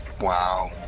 Wow